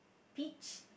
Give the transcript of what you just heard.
peach